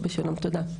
תודה.